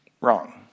Wrong